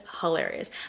hilarious